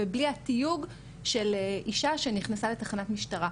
ובלי התיוג של אשה שנכנסה לתחנת משטרה.